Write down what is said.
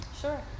Sure